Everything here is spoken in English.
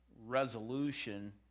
resolution